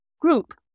group